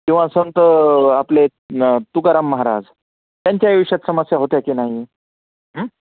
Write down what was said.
किंवा संत आपले तुकाराम महाराज त्यांच्या आयुष्यात समस्या होत्या की नाही